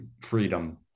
freedom